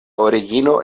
origino